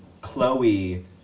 Chloe